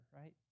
right